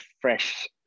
fresh